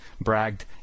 bragged